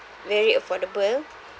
very affordable